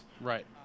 right